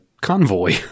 convoy-